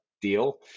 deal